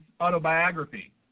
autobiography